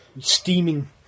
steaming